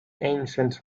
ancient